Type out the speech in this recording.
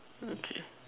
okay